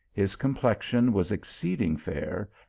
his complexion was ex ceeding fair,